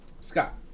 Scott